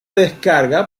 descarga